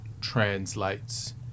translates